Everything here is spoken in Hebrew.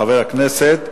חבר הכנסת,